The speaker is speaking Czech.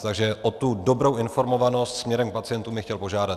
Takže o tu dobrou informovanost směrem k pacientům bych je chtěl požádat.